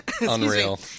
unreal